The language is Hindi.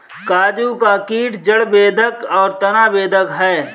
काजू का कीट जड़ बेधक और तना बेधक है